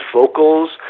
vocals